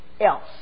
else